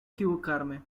equivocarme